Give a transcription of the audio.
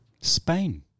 Spain